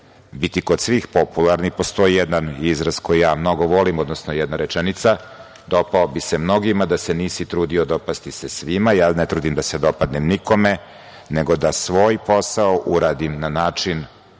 biti kod svih popularni. Postoji jedan izraz koji ja mnogo volim, odnosno jedna rečenica – dopao bi se mnogima da se nisi trudio dopasti se svima. Ja se ne trudim da se dopadnem nikome, nego da svoj posao uradim na način